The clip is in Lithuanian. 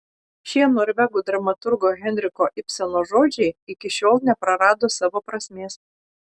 šie norvegų dramaturgo henriko ibseno žodžiai iki šiol neprarado savo prasmės